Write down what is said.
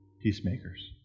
peacemakers